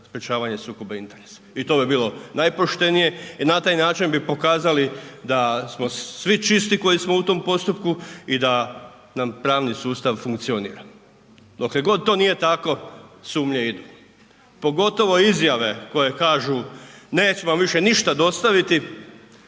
sprječavanje sukoba interesa i to bi bilo najpoštenije i na taj način bi pokazali da smo svi čisti koji smo u tom postupku i da nam pravni sustav funkcionira. Dokle god to nije tako sumnje idu, pogotovo izjave koje kažu nećemo više ništa dostaviti,